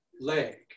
leg